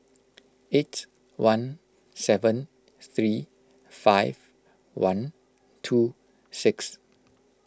eight one seven three five one two six